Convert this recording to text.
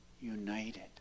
united